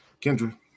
Kendra